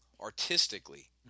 artistically